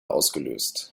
ausgelöst